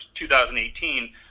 2018